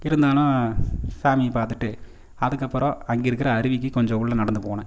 இருந்தாலும் சாமியை பார்த்துட்டு அதுக்கு அப்புறம் அங்கே இருக்கிற அருவிக்கு கொஞ்சம் உள்ளே நடந்து போனேன்